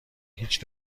هیچ